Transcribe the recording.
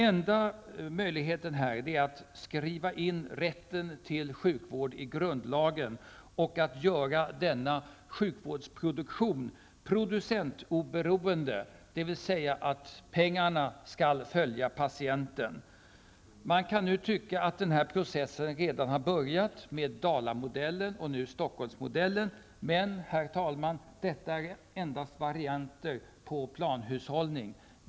Enda möjligheten är att skriva in rätten till sjukvård i grundlagen och göra denna sjukvårdsproduktion producentoberoende, det vill säga att pengarna skall följa patienten. Man kan nu tycka att denna process redan har börjat med Dalamodellen och nu Stockholmsmodellen. Men, herr talman, det är endast varianter på planhushållning.